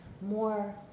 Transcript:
more